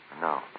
No